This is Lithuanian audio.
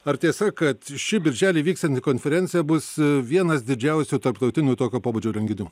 ar tiesa kad ši birželį vyksianti konferencija bus vienas didžiausių tarptautinių tokio pobūdžio renginių